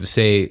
say